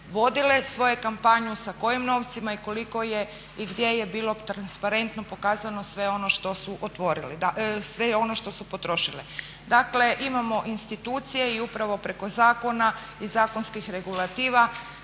svoju kampanju, sa kojim novcima i koliko je i gdje je bilo transparentno pokazano sve ono što su potrošile. Dakle, imamo institucije i upravo preko zakona i zakonskih regulativa